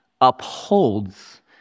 upholds